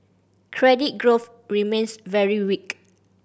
credit growth remains very weak